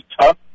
tough